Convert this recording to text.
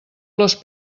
les